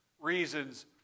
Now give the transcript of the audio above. reasons